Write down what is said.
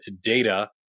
data